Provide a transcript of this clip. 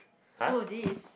oh this